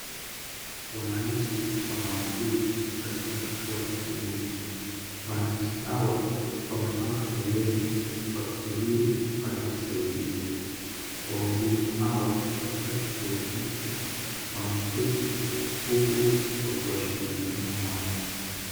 Wananchi wanawasili katika kituo cha huduma. Wananchi hawa wamepanga foleni wakisubiri kupata usaidizi. Wahudumu hawa katika kituo hiki wameketi huku wakiwashughulikia wananchi.